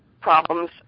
problems